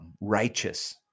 righteous